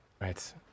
right